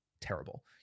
terrible